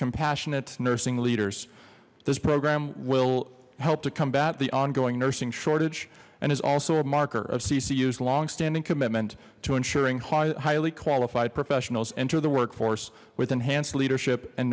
compassionate nursing leaders this program will help to combat the ongoing nursing shortage and is also a marker of ccu's long standing commitment to ensuring highly qualified professionals enter the workforce with enhanced leadership and